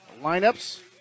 lineups